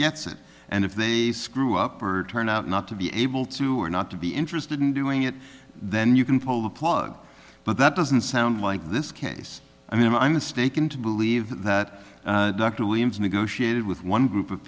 gets it and if they screw up or turn out not to be able to or not to be interested in doing it then you can pull the plug but that doesn't sound like this case and then i'm mistaken to believe that dr williams negotiated with one group of